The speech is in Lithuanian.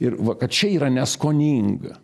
ir va kad čia yra neskoninga